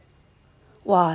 !wah!